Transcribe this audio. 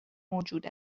موجود